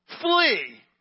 flee